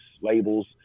labels